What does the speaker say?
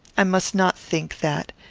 i must not think that.